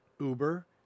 Uber